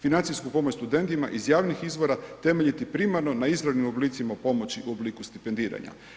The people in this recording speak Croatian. Financijsku pomoć studentima iz javnih izvora temeljiti primarno na izravnim oblicima pomoći u obliku stipendiranja.